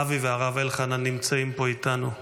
אבי והרב אלחנן נמצאים פה איתנו.